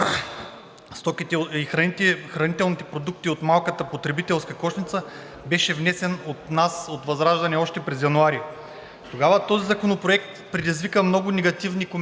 и хранителните продукти от малката потребителска кошница, беше внесен от нас, от ВЪЗРАЖДАНЕ, още през януари. Тогава този законопроект предизвика много негативни коментари